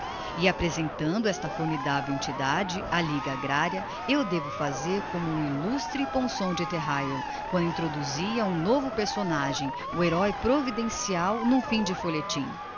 apresentando esta formidavel entidade a liga agraria eu devo fazer como o illustre ponson du terrail quando introduzia um novo personagem o heroe providencial n'um fim de folhetim